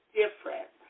different